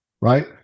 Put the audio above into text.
right